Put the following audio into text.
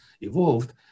evolved